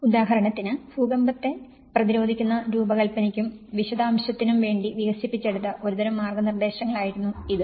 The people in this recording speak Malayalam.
ഉദാഹരണത്തിന് ഭൂകമ്പത്തെ പ്രതിരോധിക്കുന്ന രൂപകൽപ്പനയ്ക്കും വിശദാംശത്തിനും വേണ്ടി വികസിപ്പിച്ചെടുത്ത ഒരുതരം മാർഗ്ഗനിർദ്ദേശങ്ങളായിരുന്നു ഇത്